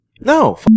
No